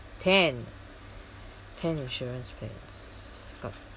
ten ten insurance that's got